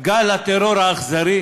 גל הטרור האכזרי?